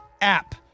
app